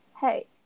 hey